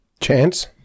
Chance